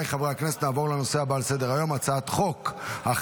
להלן תוצאות ההצבעה: 30